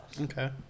Okay